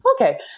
okay